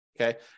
okay